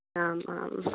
आमाम्